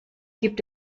gibt